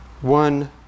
one